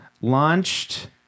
launched